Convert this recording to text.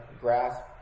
grasp